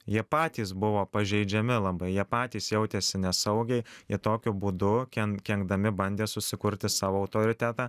jie patys buvo pažeidžiami labai jie patys jautėsi nesaugiai jie tokiu būdu ken kenkdami bandė susikurti savo autoritetą